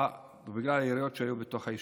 בגלל היריות שהיו בתוך היישוב.